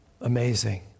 Amazing